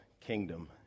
kingdom